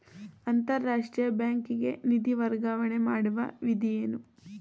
ಅಂತಾರಾಷ್ಟ್ರೀಯ ಬ್ಯಾಂಕಿಗೆ ನಿಧಿ ವರ್ಗಾವಣೆ ಮಾಡುವ ವಿಧಿ ಏನು?